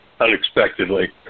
unexpectedly